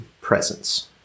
presence